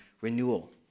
renewal